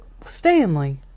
Stanley